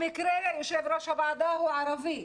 במקרה יושב-ראש הוועדה הוא ערבי,